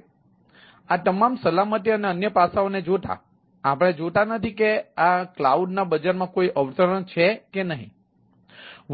અહીં આ તમામ સલામતી અને અન્ય પાસાઓને જોતા આપણે જોતા નથી કે આ કલાઉડ ના બજારમાં કોઈ અવતરણ છે કે નહીં